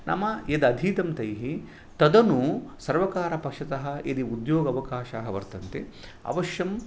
नाम यद् अधीतं तैः तदनु सर्वकारपक्षतः यदि उद्योगावकाशाः वर्तन्ते अवश्यं